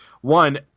one